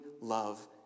love